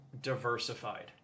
diversified